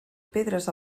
pedres